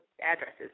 addresses